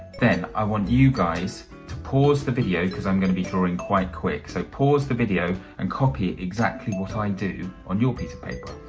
then i want you guys to pause the video because i'm going to be drawing quite quick, so pause the video and copy exactly what i do on your piece of paper.